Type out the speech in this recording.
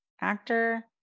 actor